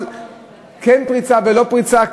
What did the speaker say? כן פריצה לא פריצה,